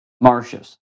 marshes